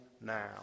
now